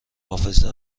حافظه